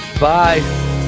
Bye